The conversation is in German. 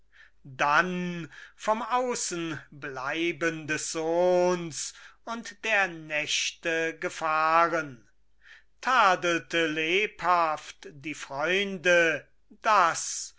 dann vom außenbleiben des sohns und der nächte gefahren tadelte lebhaft die freunde daß